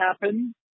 happen